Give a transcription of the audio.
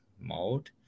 mode